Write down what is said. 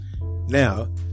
Now